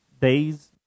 days